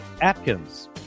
Atkins